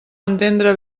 entendre